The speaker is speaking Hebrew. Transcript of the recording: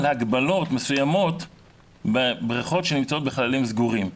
הגבלות מסוימות בבריכות שנמצאות בחללים סגורים.